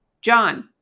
John